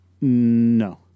No